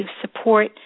support